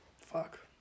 Fuck